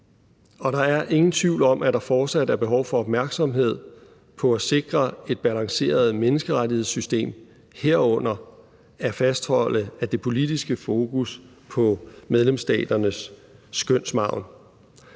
og der er ingen tvivl om, at der fortsat er behov for opmærksomhed på at sikre et balanceret menneskerettighedssystem, herunder at fastholde det politiske fokus på medlemsstaternes skønsmargen.